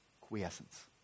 quiescence